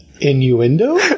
Innuendo